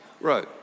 Right